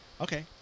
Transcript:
okay